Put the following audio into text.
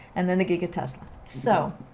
and then the giga tesla. so,